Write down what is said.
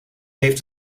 heeft